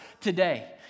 today